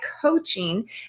Coaching